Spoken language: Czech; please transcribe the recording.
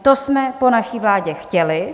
To jsme po naší vládě chtěli.